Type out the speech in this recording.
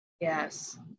Yes